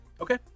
Okay